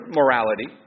morality